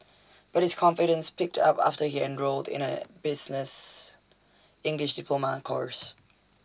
but his confidence picked up after he enrolled in A business English diploma course